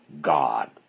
God